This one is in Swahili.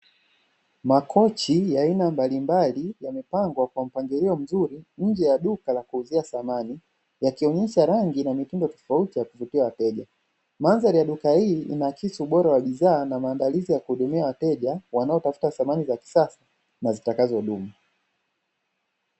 Makochi ya aina mbalimbali yemepangwa kwa mpangilio mzuri nje ya duka la kuuzia samani, yakionesha rangi na mitindo tofauti ya kuvutia wateja. Mandhari ya duka hili inaakisi ubora wa bidhaa na maandalizi ya kuhudmia wateja wanaotafuta samani za kisasa na zitakazodumu.